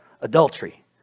adultery